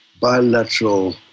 bilateral